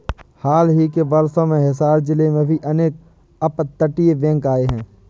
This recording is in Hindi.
हाल ही के वर्षों में हिसार जिले में भी अनेक अपतटीय बैंक आए हैं